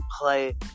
play